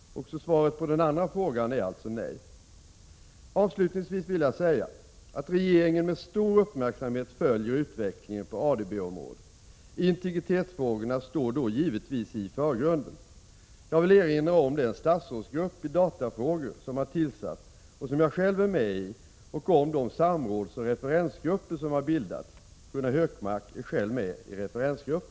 Också svaret på den andra frågan är alltså nej. Avslutningsvis vill jag säga att regeringen med stor uppmärksamhet följer utvecklingen på ADB-området. Integritetsfrågorna står då givetvis i förgrunden. Jag vill erinra om den statsrådsgrupp i datafrågor som har tillsatts och som jag själv är med i och om de samrådsoch referensgrupper som har bildats. Gunnar Hökmark är själv med i referensgruppen.